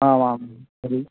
आमां तर्हि